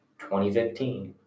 2015